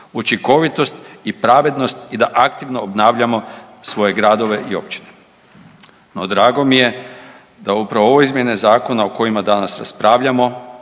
učinkovitost i pravednost i da aktivno obnavljamo svoje gradove i općine. No, drago mi da upravo ove izmjene zakona o kojima danas raspravljamo